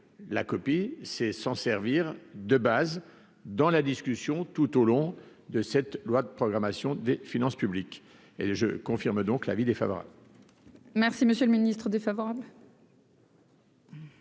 la copie, c'est s'en servir de base dans la discussion, tout au long de cette loi de programmation des finances publiques et je confirme donc l'avis défavorable. Merci, monsieur le Ministre défavorable.